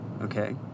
okay